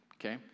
okay